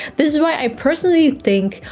this is why i personally think,